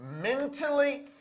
mentally